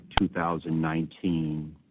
2019